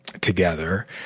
together